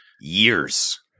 years